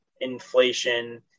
inflation